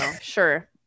sure